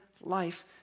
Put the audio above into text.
life